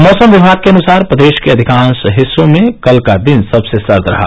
मैसम विमाग के अनुसार प्रदेश के अधिकांश हिस्सों में कल का दिन सबसे सर्द रहा